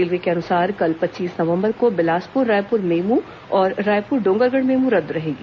railway के अनुसार कल पच्चीस नवंबर को बिलासपुर रायपुर मेमू और रायपुर डोंगरगढ़ मेमू रद्द रहेगी